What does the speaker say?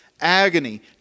agony